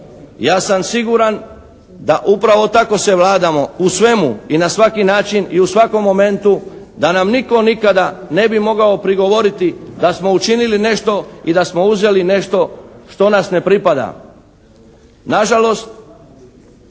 Ja sam siguran da upravo tako se vladamo u svemu i na svaki način i u svakom momentu da nam nitko nikada ne bi mogao prigovoriti da smo učinili nešto i da smo uzeli nešto što nas ne pripada.